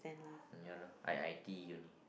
uh ya lah I I_T_E only